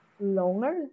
longer